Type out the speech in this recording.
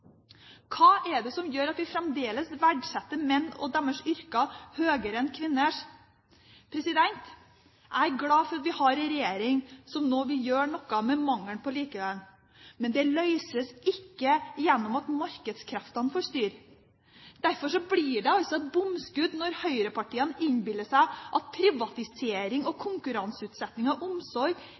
Hva er det som gjør at vi fremdeles verdsetter menn og deres yrker høyere enn kvinners? Jeg er glad for at vi har en regjering som nå vil gjøre noe med mangelen på likelønn. Men det løses ikke gjennom at markedskreftene får styre. Derfor blir det altså bomskudd når høyrepartiene innbiller seg at privatisering og konkurranseutsetting av omsorg